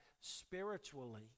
spiritually